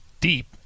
deep